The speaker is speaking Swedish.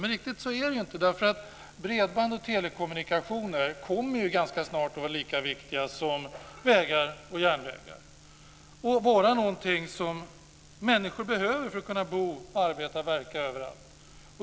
Men riktigt så är det inte, därför att bredband och telekommunikationer kommer ganska snart att vara lika viktiga som vägar och järnvägar och vara någonting som människor behöver för att kunna bo, arbeta och verka överallt.